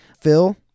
Phil